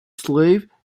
slave